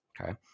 Okay